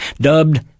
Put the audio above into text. dubbed